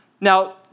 Now